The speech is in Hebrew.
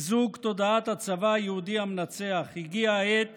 חיזוק תודעת הצבא היהודי המנצח, הגיעה העת